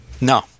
no